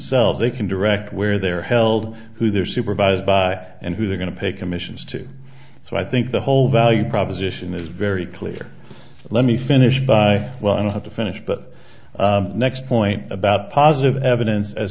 ell they can direct where they're held who they're supervised by and who they're going to pay commissions to so i think the whole value proposition is very clear let me finish by well i don't have to finish but next point about positive evidence as